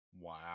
Wow